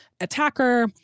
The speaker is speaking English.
attacker